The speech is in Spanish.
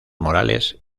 morales